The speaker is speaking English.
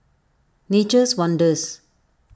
Nature's Wonders